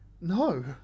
No